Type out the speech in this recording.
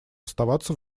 оставаться